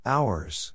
Hours